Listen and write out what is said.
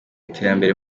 iterambere